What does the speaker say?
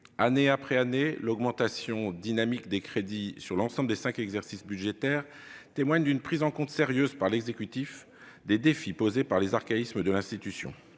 Année après année, l'augmentation dynamique des crédits sur l'ensemble des cinq exercices budgétaires témoigne d'une prise en compte sérieuse par l'exécutif des défis posés par les archaïsmes de l'institution.